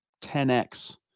10x